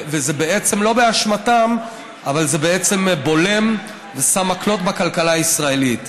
וזה בעצם לא באשמתם אבל זה בעצם בולם ושם מקלות בכלכלה הישראלית.